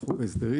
ההסדרים.